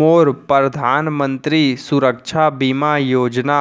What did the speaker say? मोर परधानमंतरी सुरक्षा बीमा योजना